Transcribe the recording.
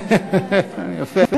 יפה.